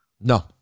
No